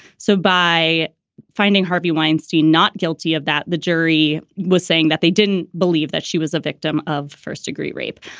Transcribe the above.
so by finding harvey weinstein not guilty of that, the jury was saying that they didn't believe that she was a victim of first degree rape.